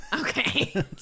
Okay